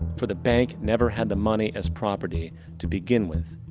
for the bank never had the money as property to begin with.